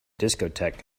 discotheque